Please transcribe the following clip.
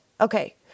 Okay